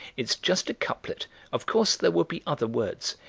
it's just a couplet of course there will be other words,